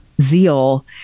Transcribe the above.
zeal